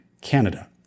Canada